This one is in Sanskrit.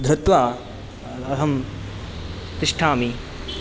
धृत्वा अहं तिष्ठामि